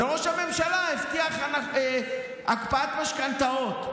וראש הממשלה הבטיח הקפאת משכנתאות.